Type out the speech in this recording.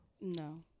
No